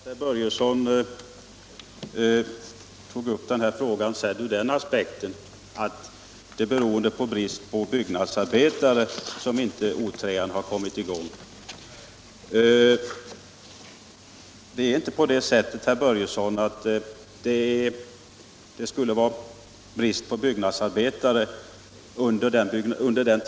Herr talman! Det var intressant att herr Börjesson i Glömminge tog upp den här frågan från den aspekten att det är beroende på bristen på byggnadsarbetare som O 3 inte har kommit i gång. Men det är inte på det sättet, herr Börjesson, att det skulle vara brist på byggnadsarbetare.